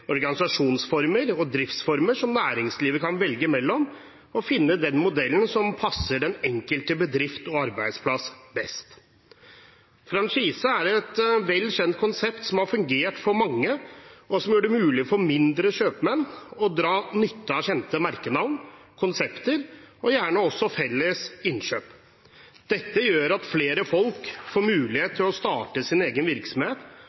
organisasjonsformer og driftsformer som næringslivet kan velge mellom, for å finne den modellen som passer den enkelte bedrift og arbeidsplass best. Franchise er et velkjent konsept som har fungert for mange, og som gjør det mulig for mindre kjøpmenn å dra nytte av kjente merkenavn – konsepter – og gjerne også felles innkjøp. Dette gjør at flere folk får mulighet til å starte sin egen virksomhet